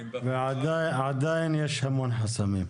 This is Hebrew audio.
עדיין יש המון חסמים.